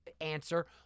answer